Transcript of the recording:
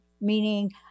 meaning